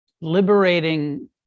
liberating